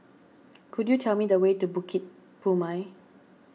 could you tell me the way to Bukit Purmei